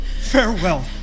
farewell